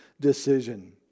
decision